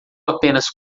apenas